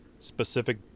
Specific